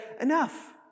enough